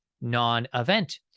non-event